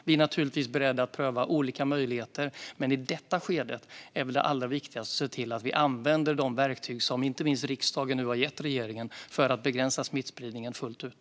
Vi är naturligtvis beredda att pröva olika möjligheter, men i detta skede är väl det allra viktigaste att se till att vi använder de verktyg som riksdagen nu har gett regeringen för att begränsa smittspridningen fullt ut.